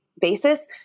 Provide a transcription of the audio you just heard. basis